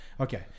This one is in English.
okay